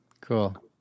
Cool